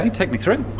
and take me through.